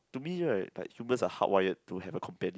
to me right the humans are hard wired to have a companion